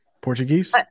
Portuguese